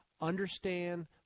Understand